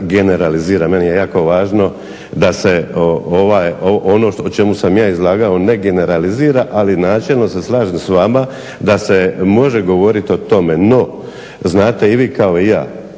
generalizira. Meni je jako važno da se ono o čemu sam ja izlagao ne generalizira ali načelno se slažem s vama da se može govoriti o tome. No, znate i vi kao i ja